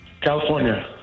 California